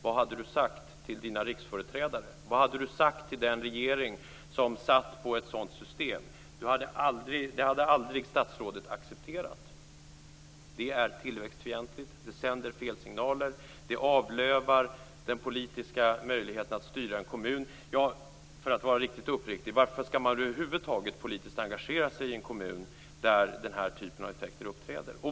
Vad hade han sagt till sina riksföreträdare? Vad hade han sagt till den regering som satt på ett sådant system? Det hade statsrådet aldrig accepterat. Det är tillväxtfientligt. Det sänder fel signaler. Det avlövar den politiska möjligheten att styra en kommun. För att vara uppriktig: varför skall man över huvud taget engagera sig politiskt i en kommun där den här typen av effekter uppträder?